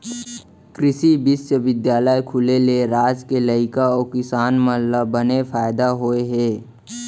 कृसि बिस्वबिद्यालय खुले ले राज के लइका अउ किसान मन ल बने फायदा होय हे